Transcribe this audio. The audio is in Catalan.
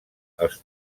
els